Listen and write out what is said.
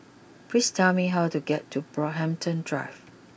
please tell me how to get to Brockhampton Drive